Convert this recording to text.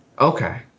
Okay